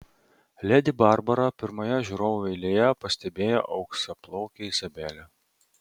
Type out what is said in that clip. ledi barbara pirmoje žiūrovų eilėje pastebėjo auksaplaukę izabelę